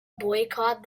boycott